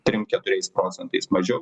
trim keturiais procentais mažiau